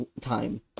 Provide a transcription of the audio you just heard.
time